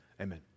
amen